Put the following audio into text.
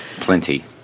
Plenty